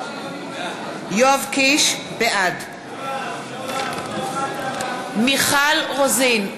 בעד מיכל רוזין,